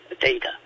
data